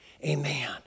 Amen